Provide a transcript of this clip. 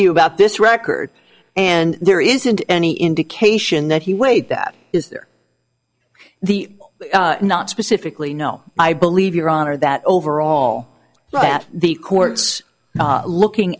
you about this record and there isn't any indication that he weighed that is there the not specifically no i believe your honor that overall that the court's looking